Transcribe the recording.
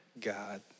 God